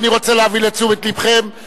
אני רוצה להביא לתשומת לבכם,